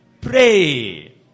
Pray